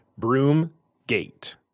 Broomgate